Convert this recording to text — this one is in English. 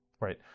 Right